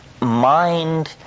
mind